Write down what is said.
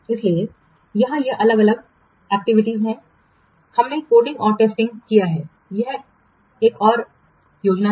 इसलिए यहां ये अलग अलग गतिविधियां हैं हमने कोडिंग और टेस्टिंग किया है यह एक और योजना है